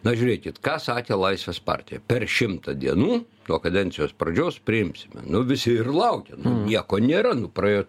na žiūrėkit ką sakė laisvės partija per šimtą dienų nuo kadencijos pradžios priimsime nu visi ir laukia nu nieko nėra nu praėjo